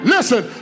Listen